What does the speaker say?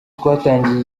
twatangiye